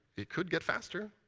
it could get faster.